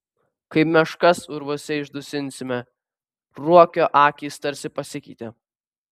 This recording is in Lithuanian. kaip meškas urvuose išdusinsime ruokio akys tarsi pasikeitė